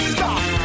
Stop